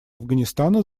афганистана